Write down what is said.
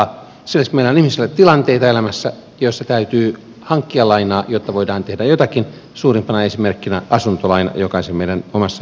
sen lisäksi meillä on ihmisillä elämässä tilanteita joissa täytyy hankkia lainaa jotta voidaan tehdä jotakin suurimpana esimerkkinä asuntolaina jokaisen meidän omassa elämässämme